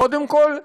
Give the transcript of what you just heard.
קודם כול,